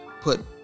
put